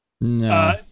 No